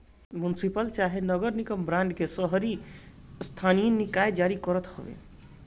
municipal चाहे नगर निगम बांड के शहरी स्थानीय निकाय जारी करत हवे